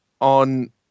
on